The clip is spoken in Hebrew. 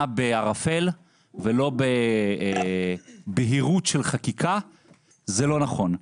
בערפל ולא בבהירות של חקיקה זה לא נכון,